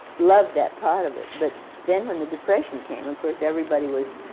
loved that part of it. but then when the depression came, of course, everybody was